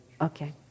Okay